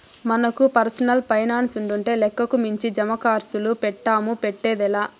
మనకు పర్సనల్ పైనాన్సుండింటే లెక్కకు మించి జమాకర్సులు పెడ్తాము, పెట్టేదే లా